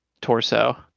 torso